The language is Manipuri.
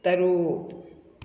ꯇꯔꯨꯛ